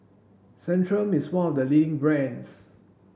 centrum is one of the leading brands